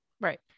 Right